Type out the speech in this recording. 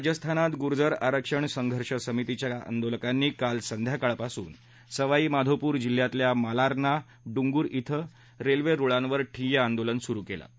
राजस्थानात गुर्जर आरक्षण संघर्ष समितीच्या आंदोलकानी काल संध्याकाळपासून सवाईमाधोपुर जिल्ह्यातल्या मलारना डुंगर क्षे रेल्वे रुळांवर ठीय्या आंदोलन सुरु केलं आहे